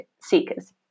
seekers